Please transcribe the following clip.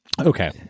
Okay